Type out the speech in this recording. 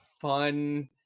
fun